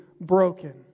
broken